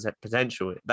potential